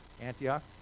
Antioch